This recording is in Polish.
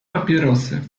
papierosy